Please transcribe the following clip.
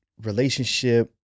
relationship